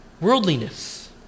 worldliness